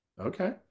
okay